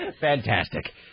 Fantastic